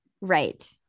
right